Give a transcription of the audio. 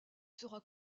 sera